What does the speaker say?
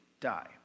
die